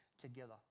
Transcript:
together